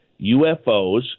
UFOs